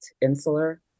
insular